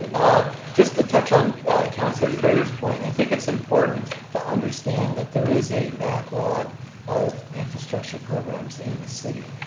just to touch on councilor craitor's point, i think it's important to understand that there is a backlog of infrastructure programs in the city,